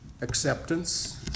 acceptance